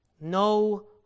No